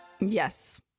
Yes